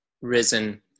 risen